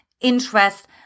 interest